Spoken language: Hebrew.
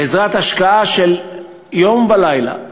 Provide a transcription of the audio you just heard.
בהשקעה של יום ולילה,